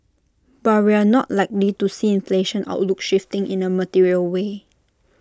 but we're not likely to see inflation outlook shifting in A material way